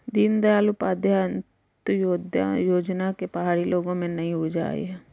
दीनदयाल उपाध्याय अंत्योदय योजना से पहाड़ी लोगों में नई ऊर्जा आई है